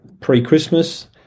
pre-Christmas